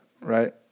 Right